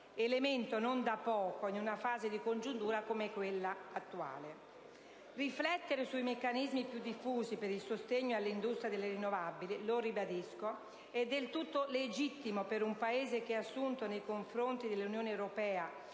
elemento non da poco in una fase di congiuntura come quella attuale. Riflettere sui meccanismi più efficaci per il sostengo all'industria delle rinnovabili, lo ribadisco, è del tutto legittimo per un Paese che ha assunto nei confronti dell'Unione europea